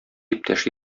иптәш